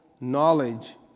knowledge